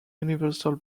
universal